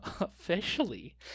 Officially